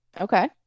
Okay